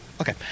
Okay